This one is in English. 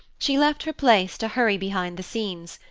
she left her place to hurry behind the scenes,